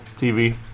TV